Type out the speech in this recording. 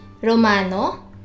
Romano